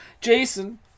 Jason